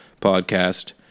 podcast